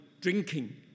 drinking